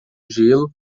gelo